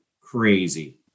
crazy